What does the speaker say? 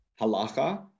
Halacha